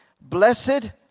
Blessed